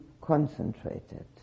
concentrated